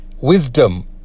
wisdom